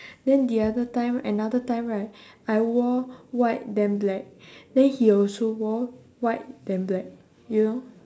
then the other time another time right I wore white then black then he also wore white then black you know